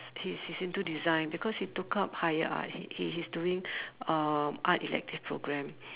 he's he's into design because he took up higher art he he's doing uh art elective program